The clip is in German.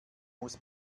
muss